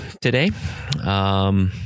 today